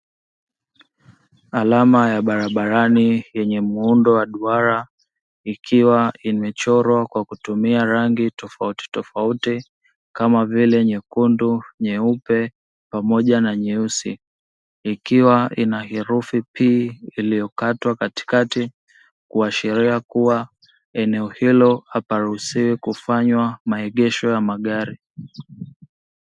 Alama ya barabarani yenye muundo wa duara ikiwa imechorwa kwa kutumia rangi tofauti tofauti kama vile nyekundu, nyeupe, pamoja na nyeusi. Ikiwa ina herufi "P" iliyokatwa katikati, kuashiria kuwa eneo hilo haparuhusiwi kufanywa maegesho ya magari.